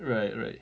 right right